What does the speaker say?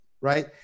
right